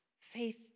Faith